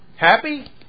Happy